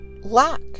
lack